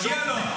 מגיע לו.